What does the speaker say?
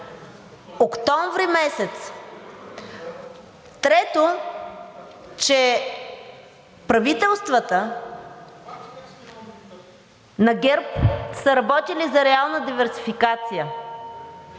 октомври месец. Трето, че правителствата на ГЕРБ са работили за реална диверсификация.